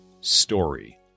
Story